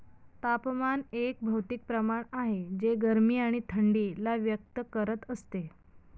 तापमान एक भौतिक प्रमाण आहे जे गरमी आणि थंडी ला व्यक्त करत असते